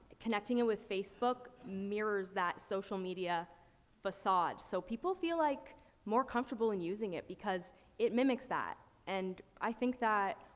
connecting it with facebook mirrors that social media facade. so people feel like more comfortable in using it because it mimics that. and i think that,